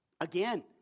Again